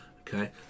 Okay